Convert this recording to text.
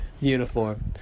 uniform